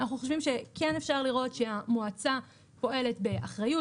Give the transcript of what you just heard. אנחנו חושבים שכן אפשר לראות שהמועצה פועלת באחריות,